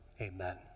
Amen